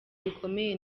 rikomeye